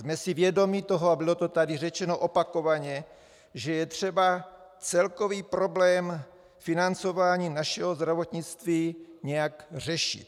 Jsme si vědomi toho, a bylo to tady řečeno opakovaně, že je třeba celkový problém financování našeho zdravotnictví nějak řešit.